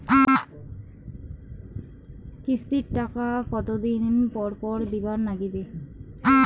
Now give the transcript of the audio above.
কিস্তির টাকা কতোদিন পর পর দিবার নাগিবে?